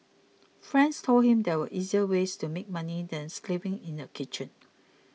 friends told him there were easier ways to make money than slaving in a kitchen